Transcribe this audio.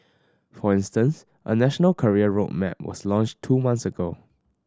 for instance a national career road map was launched two months ago